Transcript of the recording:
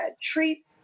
treat